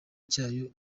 cyayo